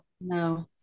no